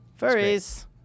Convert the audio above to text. Furries